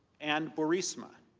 and burisma.